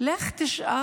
לך תשאל